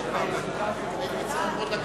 חבר הכנסת לוין, אני מוסיף לך דקה.